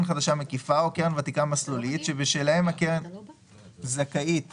מקיפה או קרן ותיקה מסלולית שבשלהם הקרן זכאית